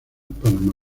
panamá